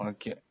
Okay